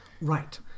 Right